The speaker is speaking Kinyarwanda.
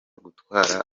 gutwara